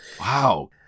Wow